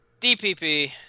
DPP